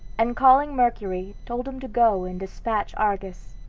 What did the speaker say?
and calling mercury told him to go and despatch argus.